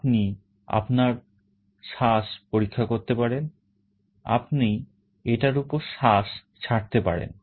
আপনি আপনার শ্বাস পরীক্ষা করতে পারেন আপনি এটার উপর শ্বাস ছাড়তে পারেন